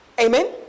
Amen